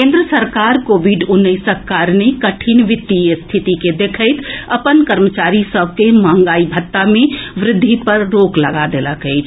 केन्द्र सरकार कोविड उन्नैसक कारणे कठिन वित्तीय स्थिति के देखैत अपन कर्मचारी सभ के मंहगाई भत्ता मे वृद्धि पर रोक लगा देलक अछि